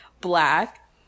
black